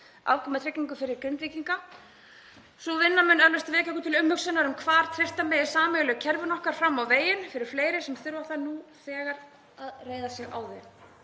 afkomutryggingu fyrir Grindvíkinga. Sú vinna mun eflaust vekja okkur til umhugsunar um hvar treysta megi sameiginleg kerfi okkar fram á veginn fyrir fleiri sem þurfa nú þegar að reiða sig á þau.